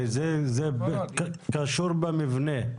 זה קשור במבנה,